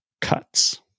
cuts